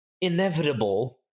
inevitable